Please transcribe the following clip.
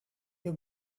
you